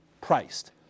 priced